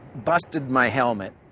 busted my helmet.